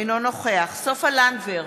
אינו נוכח סופה לנדבר,